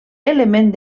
element